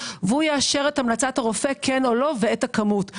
ויאשר את המלצת הרופא כן או לא ואת הכמות.